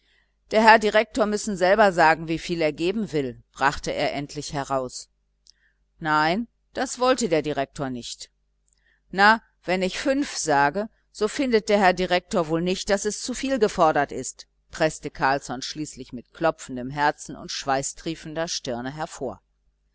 der herr direktor müssen selber sagen wieviel er geben will brachte er endlich heraus nein das wollte der direktor nicht na wenn ich fünf sage so findet der herr direktor wohl nicht daß es zuviel gefordert ist preßte carlsson schließlich mit klopfendem herzen und schweißtriefender stirne hervor